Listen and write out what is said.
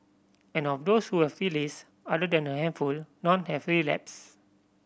and of those who have released other than a handful none have relapsed